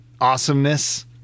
awesomeness